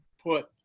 put